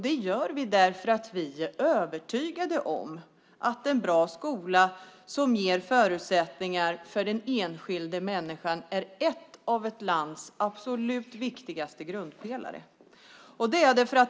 Det gör man därför att man är övertygad om att en bra skola som ger förutsättningar för den enskilda människan är en av ett lands absolut viktigaste grundpelare.